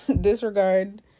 disregard